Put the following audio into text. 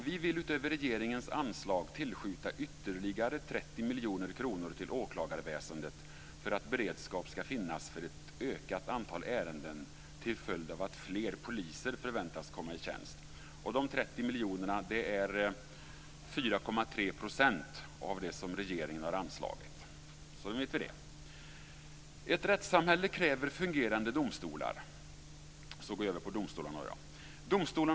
Vi vill utöver regeringens anslag tillskjuta ytterligare 30 miljoner kronor till åklagarväsendet för att beredskap ska finnas för ett ökat antal ärenden till följd av att fler poliser förväntas komma i tjänst. De 30 miljonerna är 4,3 % av det som regeringen har anslagit, så nu vet vi det. Jag går så över till domstolarna. Ett rättssamhälle kräver fungerande domstolar.